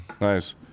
nice